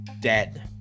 dead